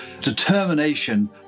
determination